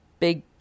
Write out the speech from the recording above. Big